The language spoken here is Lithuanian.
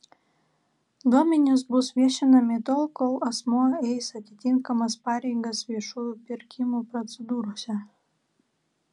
duomenys bus viešinami tol kol asmuo eis atitinkamas pareigas viešųjų pirkimų procedūrose